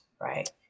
right